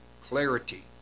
clarity